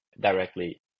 directly